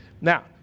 Now